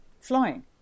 flying